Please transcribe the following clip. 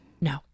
No